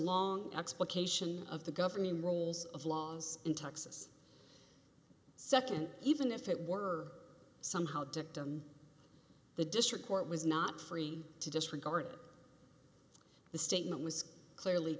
long explication of the governing rules of laws in texas second even if it were somehow dictum the district court was not free to disregard it the statement was clearly